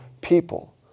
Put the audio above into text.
people